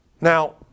Now